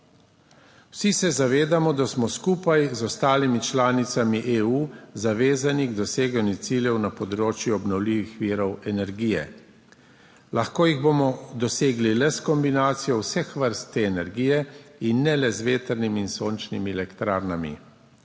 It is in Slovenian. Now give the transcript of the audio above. Vsi se zavedamo, da smo skupaj z ostalimi članicami EU zavezani k doseganju ciljev na področju obnovljivih virov energije. Lahko jih bomo dosegli le s kombinacijo vseh vrst te energije in ne le z vetrnimi in sončnimi elektrarnami.